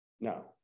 No